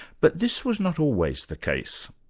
but this was not always the case.